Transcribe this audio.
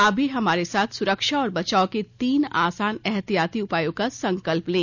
आप भी हमारे साथ सुरक्षा और बचाव के तीन आसान एहतियाती उपायों का संकल्प लें